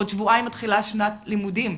בעוד שבועיים מתחילה שנת לימודים.